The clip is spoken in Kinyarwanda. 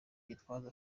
gitwaza